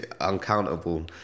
uncountable